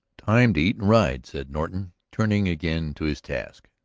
time to eat and ride, said norton, turning again to his task.